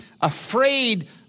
afraid